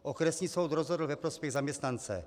Okresní soud rozhodl ve prospěch zaměstnance.